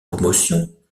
commotion